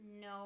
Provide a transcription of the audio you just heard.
no